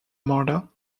martha